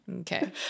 Okay